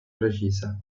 precisa